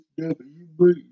WB